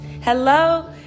hello